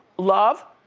love.